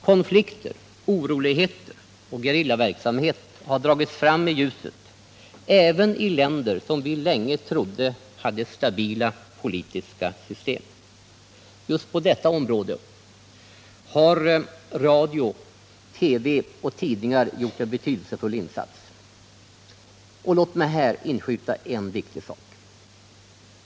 Konflikter, oroligheter och gerillaverksamhet har dragits fram i ljuset även i länder som vi länge trodde hade stabila politiska system. Just på detta område har radio, TV och tidningar gjort en betydelsefull insats. Låt mig här inskjuta en viktig sak.